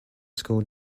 school